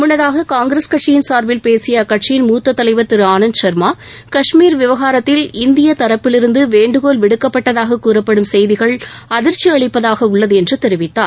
முன்னதாக காங்கிரஸ் கட்சியின் சார்பில் பேசிய அக்கட்சியின் மூத்த தலைவர் திரு ஆனந்த் ச்மா கஷ்மீர் விவகாரத்தில் இந்திய தரப்பிலிருந்து வேண்டுகோள் விடுக்கப்பட்டதாக கூறப்படும் செய்திகள் அதிர்ச்சி அளிப்பதாக உள்ளது என்று தெரிவித்தார்